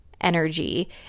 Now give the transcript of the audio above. energy